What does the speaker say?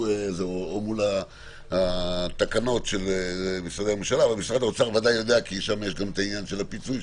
הוא ודאי יודע כי שם יש את העניין של הפיצוי,